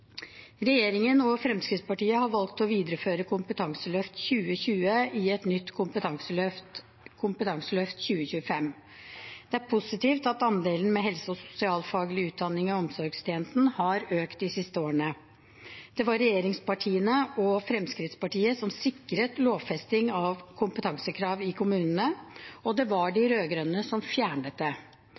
Regjeringen og Fremskrittspartiet har valgt å videreføre Kompetanseløft 2020 i et nytt kompetanseløft, Kompetanseløft 2025. Det er positivt at andelen med helse- og sosialfaglig utdanning i omsorgstjenesten har økt de siste årene. Det var regjeringspartiene og Fremskrittspartiet som sikret lovfesting av kompetansekrav i kommunene, og det var de rød-grønne som fjernet det.